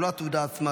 לא התעודה עצמה,